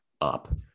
up